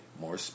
more